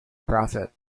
prophet